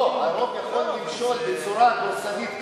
הרוב יכול למשול בצורה דורסנית כזאת,